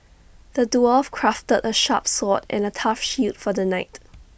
the dwarf crafted A sharp sword and A tough shield for the knight